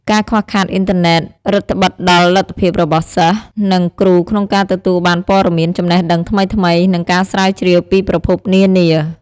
ការខ្វះខាតអ៊ីនធឺណិត រឹតត្បិតដល់លទ្ធភាពរបស់សិស្ស និងគ្រូក្នុងការទទួលបានព័ត៌មាន ចំណេះដឹងថ្មីៗ និងការស្រាវជ្រាវពីប្រភពនានា។